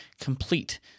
complete